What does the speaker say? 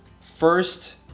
first